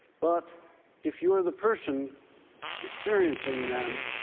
but if you are the person experiencing them,